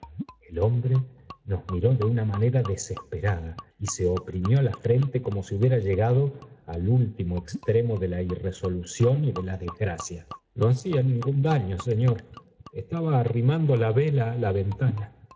el hombre nos miró de una manera desesperada y se oprimió la frente como si hubiera llegado al ultimo extremo de la irresolución y de la des gracia no hacía ningún daño señor estaba arrimando la vela á la ventana